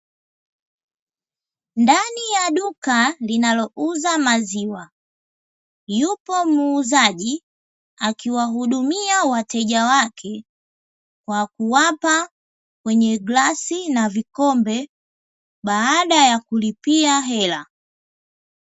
Ndani ya duka linalouza maziwa, yupo muuzaji akiwahudumia wateja wake kwa kuwapa kwenye glasi na vikombe, baada ya kulipia hela.